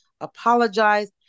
apologize